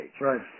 Right